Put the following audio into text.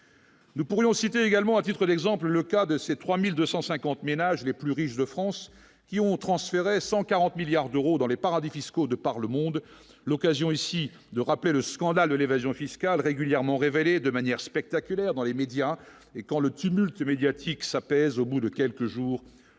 Nous pourrions citer également à titre d'exemple, le cas de ces 3250 ménages les plus riches de France, qui ont transféré 140 milliards d'euros dans les paradis fiscaux, de par le monde, l'occasion aussi de rappeler le scandale de l'évasion fiscale régulièrement révélé de manière spectaculaire dans les médias et quand le tumulte médiatique ça pèse au bout de quelques jours,